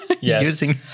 using